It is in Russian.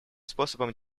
способом